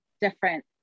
different